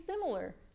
similar